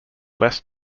less